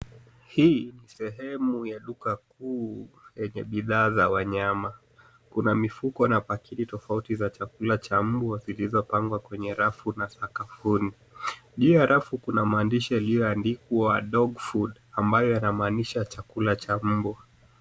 Hii ni sehemu ya duka kuu enye bidhaa za wanyama. Kuna mifuko na paketi tofauti za chakula cha mbwa zilizopangwa kwenye rafu na sakafuni. Juu ya rafu kuna maandishi yaliyoandikwa Dog Food ambayo yanamaanisha chakula cha mbwa.